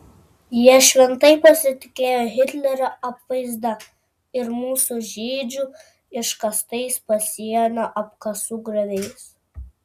jie šventai pasitikėjo hitlerio apvaizda ir mūsų žydžių iškastais pasienio apkasų grioviais